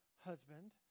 husband